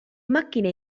macchine